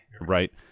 right